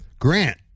Grant